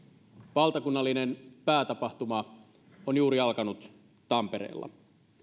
valtakunnallinen päätapahtuma on juuri alkanut tampereella